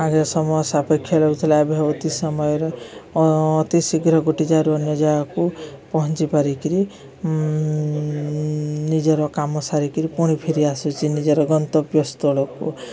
ଆଗେ ସମୟ ସାପେକ୍ଷ ରହୁଥିଲା ଏବେ ଅତି ସମୟରେ ଅତି ଶୀଘ୍ର ଗୋଟିଏ ଯାଗାରୁ ଅନ୍ୟ ଜାଗାକୁ ପହଞ୍ଚି ପାରିକିରି ନିଜର କାମ ସାରିକିରି ପୁଣି ଫିରି ଆସୁଛି ନିଜର ଗନ୍ତବ୍ୟ ସ୍ଥଳକୁ